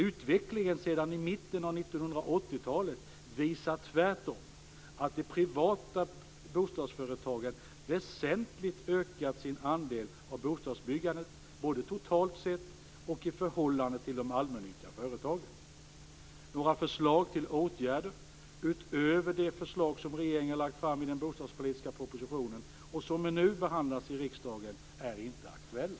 Utvecklingen sedan mitten av 1980-talet visar tvärtom att de privata bostadsföretagen väsentligt ökat sin andel av bostadsbyggandet - både totalt sett och i förhållande till de allmännyttiga företagen. Några förslag till åtgärder utöver de förslag som regeringen lagt fram i den bostadspolitiska propositionen, som nu behandlas i riksdagen, är inte aktuella.